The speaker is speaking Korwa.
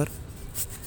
आथे।